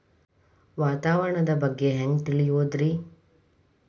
ವಾತಾವರಣದ ಬಗ್ಗೆ ಹ್ಯಾಂಗ್ ತಿಳಿಯೋದ್ರಿ?